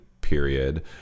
period